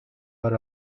are